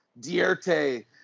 Dierte